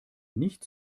nicht